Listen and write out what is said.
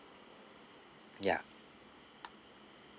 ya